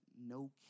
no